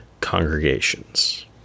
congregations